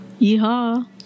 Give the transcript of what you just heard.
yeehaw